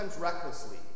recklessly